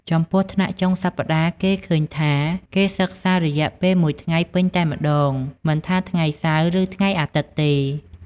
ចំំពោះថ្នាក់់ចុងសប្ដាហ៍គេឃើញថា គេសិក្សារយៈពេលមួយថ្ងៃពេញតែម្តង មិនថាថ្ងៃសៅរ៍ ឬថ្ងៃអាទិត្យទេ។